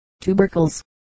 tubercles